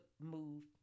move